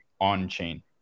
on-chain